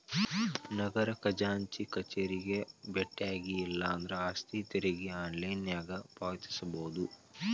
ನಗರ ಖಜಾಂಚಿ ಕಚೇರಿಗೆ ಬೆಟ್ಟ್ಯಾಗಿ ಇಲ್ಲಾಂದ್ರ ಆಸ್ತಿ ತೆರಿಗೆ ಆನ್ಲೈನ್ನ್ಯಾಗ ಪಾವತಿಸಬೋದ